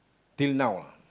till now ah